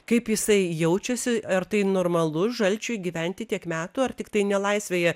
kaip jisai jaučiasi ar tai normalu žalčiui gyventi tiek metų ar tiktai nelaisvėje